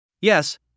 Yes